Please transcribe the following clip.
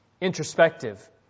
introspective